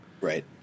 Right